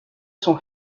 son